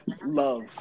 love